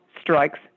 strikes